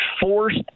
forced